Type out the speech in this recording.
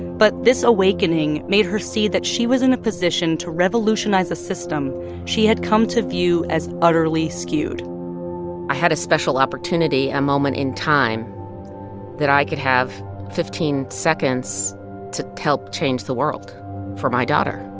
but this awakening made her see that she was in a position to revolutionize a system she had come to view as utterly skewed i had a special opportunity, a moment in time that i could have fifteen seconds to help change the world for my daughter,